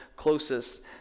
closest